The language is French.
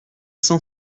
cent